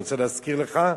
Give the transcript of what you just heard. אני רוצה להזכיר לך,